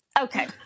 Okay